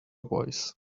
voice